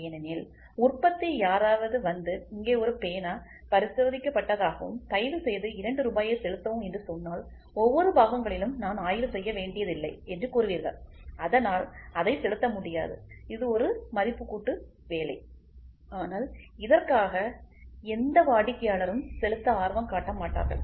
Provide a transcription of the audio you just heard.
ஏனெனில் உற்பத்தித் துறையில் யாரும் ஆய்வுக்கு கூடுதல் பணம் செலுத்தப்போவதில்லை யாராவது வந்து இங்கே ஒரு பேனா பரிசோதிக்கப்பட்டதாகவும் தயவுசெய்து 2 ரூபாயை செலுத்தவும் என்று சொன்னால் ஒவ்வொரு பாகங்களிலும் நான் ஆய்வு செய்ய வேண்டியதில்லை என்று கூறுவீர்கள் அதனால் அதை செலுத்த முடியாது இது ஒரு மதிப்பு கூட்டும் வேலை ஆனால் இதற்காக எந்த வாடிக்கையாளரும் செலுத்த ஆர்வம் காட்ட மாட்டார்கள்